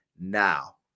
now